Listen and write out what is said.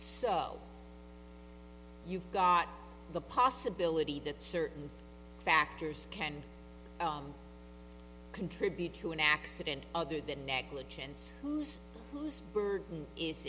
so you've got the possibility that certain factors can contribute to an accident other than negligence whose whose burden is